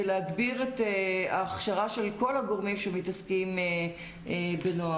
ולהגביר את ההכשרה של כל הגורמים שמתעסקים בנוער.